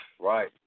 Right